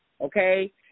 okay